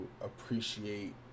appreciate